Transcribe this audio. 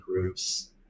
groups